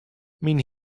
myn